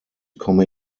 komme